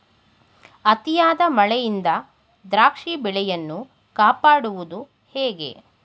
ಅತಿಯಾದ ಮಳೆಯಿಂದ ದ್ರಾಕ್ಷಿ ಬೆಳೆಯನ್ನು ಕಾಪಾಡುವುದು ಹೇಗೆ?